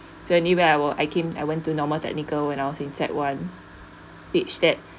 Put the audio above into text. so anyway I will I came I went to normal technical when I was in sec one which that